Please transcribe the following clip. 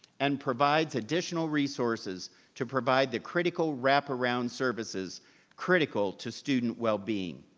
and provides additional resources to provide the critical wraparound services critical to student wellbeing.